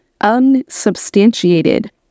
unsubstantiated